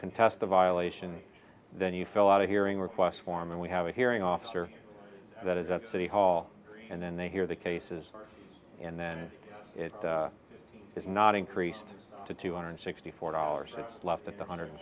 contest the violation then you fill out a hearing request form and we have a hearing officer that is at city hall and then they hear the cases and then it is not increased to two hundred sixty four dollars it's left at the hundred